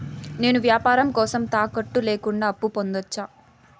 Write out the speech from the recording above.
నేను వ్యాపారం కోసం తాకట్టు లేకుండా అప్పు పొందొచ్చా?